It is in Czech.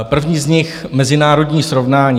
První z nich, mezinárodní srovnání.